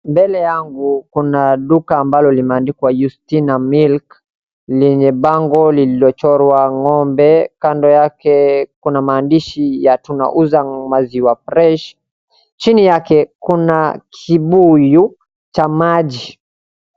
Mbele yangu kuna duka ambalo limeandikwa Yustina milk lenye bango lililochorwa ng'ombe, kando yake kuna maandishi ya tunauza maziwa fresh, chini yake kuna kibuyu cha maji.